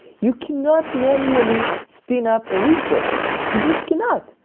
you cannot manually spin up a resource, you just cannot.